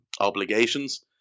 obligations